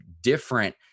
different